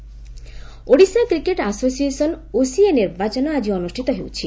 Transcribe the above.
OCA ନିର୍ବାଚନ Odisha cricket association OCA ନିର୍ବାଚନ ଆଜି ଅନୁଷ୍ଠିତ ହେଉଛି